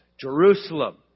Jerusalem